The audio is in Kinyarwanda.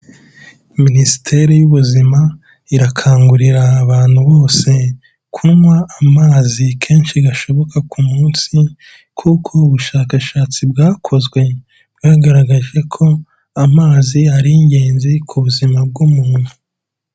Minisiteri y'ubuzima irakangurira abantu bose kunywa amazi kenshi gashoboka ku munsi, kuko ubushakashatsi bwakozwe bwagaragaje ko amazi ari ingenzi ku buzima bw'umuntu.